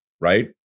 right